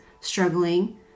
struggling